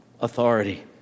authority